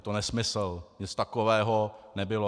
To je nesmysl, nic takového nebylo.